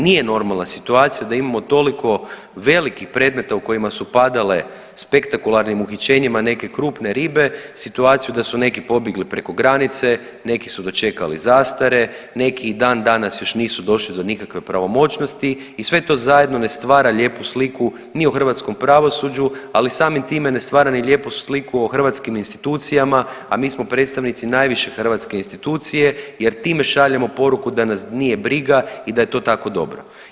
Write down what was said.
Nije normalna situacija da imamo toliko velikih predmeta u kojima su padale spektakularnim uhićenjima neke krupne ribe, situaciju da su neki pobjegli preko granice, neki su dočekali zastare, neki i dan danas još nisu došli do nikakve pravomoćnosti i sve to zajedno ne stvara lijepu sliku ni o hrvatskom pravosuđu, ali samim time ne stvara ni lijepu sliku o hrvatskim institucijama, a mi smo predstavnici najviše hrvatske institucije jer time šaljemo poruku da nas nije briga i da je to tako dobro.